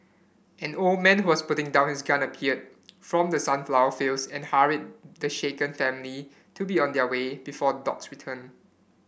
an old man who was putting down his gun appeared from the sunflower fields and hurried the shaken family to be on their way before dogs return